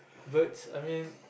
birds I mean